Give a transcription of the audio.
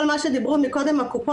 כל מה שדיברו מקודם הקופות,